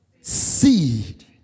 seed